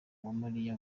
uwamariya